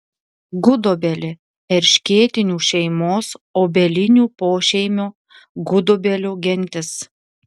gudobelė erškėtinių šeimos obelinių pošeimio gudobelių gentis